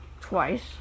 Twice